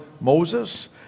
Moses